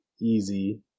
easy